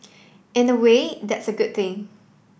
in a way that's a good thing